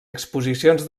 exposicions